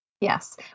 Yes